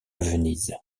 venise